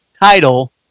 title